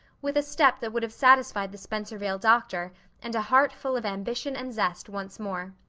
with a step that would have satisfied the spencervale doctor and a heart full of ambition and zest once more.